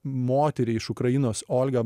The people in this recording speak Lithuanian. moterį iš ukrainos olgą